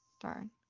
Darn